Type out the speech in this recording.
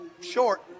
short